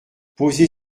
posez